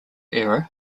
error